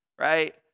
right